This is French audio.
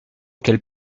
qu’elle